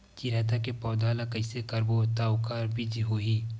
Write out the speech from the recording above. चिरैता के पौधा ल कइसे करबो त ओखर बीज होई?